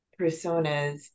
personas